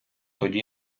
тоді